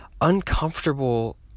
uncomfortable